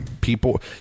people